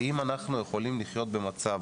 האם אנחנו יכולים לחיות במצב